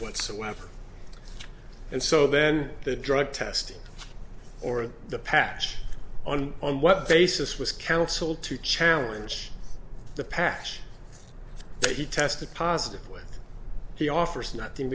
whatsoever and so then the drug testing or the patch on on what basis was counsel to challenge the patch that he tested positive with he offers nothing